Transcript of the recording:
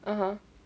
(uh huh)